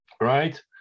right